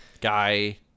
guy